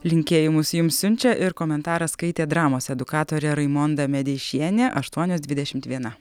linkėjimus jums siunčia ir komentarą skaitė dramos edukatorė raimonda medeišienė aštuonios dvidešimt viena